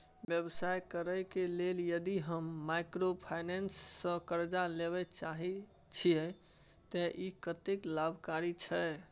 व्यवसाय करे के लेल यदि हम माइक्रोफाइनेंस स कर्ज लेबे चाहे छिये त इ कत्ते लाभकारी छै?